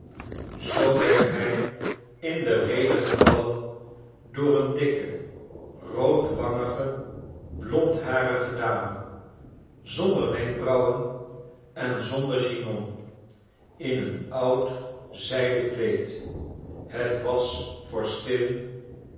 zoo werd hij in de rede gevallen door een dikke roodwangige blondharige dame zonder wenkbrauwen en zonder chignon in een oud zijden kleed het was